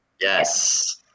yes